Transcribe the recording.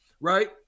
right